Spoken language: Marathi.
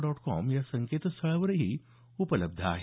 डॉट कॉम या संकेतस्थळावरही उपलब्ध आहे